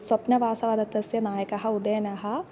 स्वप्नवासवादत्तस्य नायकः उदयनः